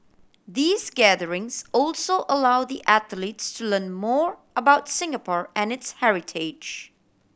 these gatherings also allow the athletes to learn more about Singapore and its heritage